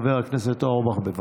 חבר הכנסת אורבך, בבקשה.